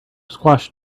squashed